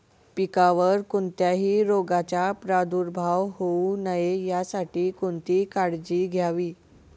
पिकावर कोणत्याही रोगाचा प्रादुर्भाव होऊ नये यासाठी कोणती काळजी घ्यावी?